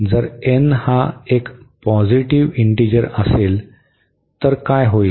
जर n हा एक पॉझिटिव्ह इंटीजर असेल तर काय होईल